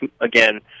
again